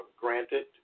granted